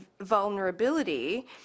vulnerability